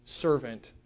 servant